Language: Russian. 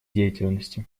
деятельности